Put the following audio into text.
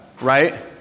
right